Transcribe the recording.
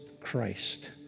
Christ